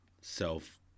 self